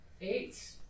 Eight